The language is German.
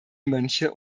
mönche